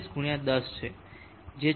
44 × 10 છે જે 14